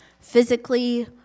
physically